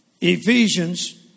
Ephesians